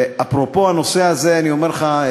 ואפרופו הנושא הזה, אני אומר לך,